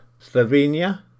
Slovenia